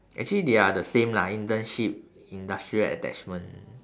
actually they are the same lah internship industrial attachment